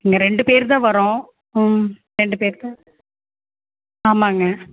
இங்கே ரெண்டு பேரு தான் வரோம் ரெண்டு பேரு தான் ஆமாம்ங்க